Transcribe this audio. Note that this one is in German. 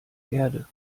erde